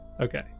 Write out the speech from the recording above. okay